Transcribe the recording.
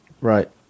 Right